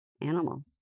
animal